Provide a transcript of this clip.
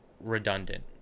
redundant